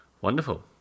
Wonderful